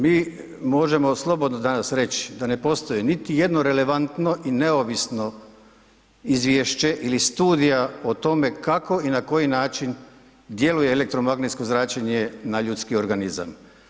Mi možemo slobodno danas reći da ne postoji niti jedno relevantno i neovisno izvješće ili studija o tome kako i na koji način djeluje elektromagnetsko zračenje na ljudski organizam.